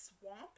swamp